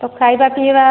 ତ ଖାଇବା ପିଇବା